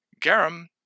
garum